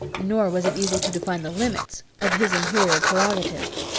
nor was it easy to define the limits, of his imperial prerogative.